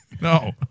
No